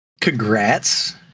congrats